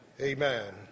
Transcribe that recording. amen